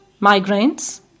migraines